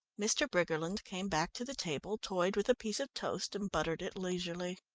mr. briggerland came back to the table, toyed with a piece of toast and buttered it leisurely.